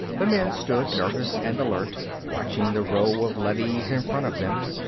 the men stood, nervous and alert, watching the row of leadys in front of them.